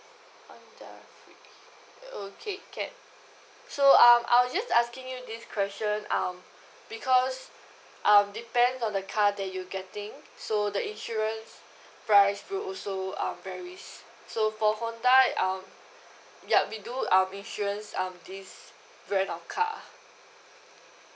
honda okay can so um I was just asking you this question um because um depends on the car that you getting so the insurance price will also um varies so for Honda um ya we do um insurance um this brand of car